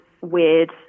weird